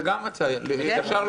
זאת גם הצעה טובה ישר לוועדה.